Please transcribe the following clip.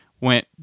went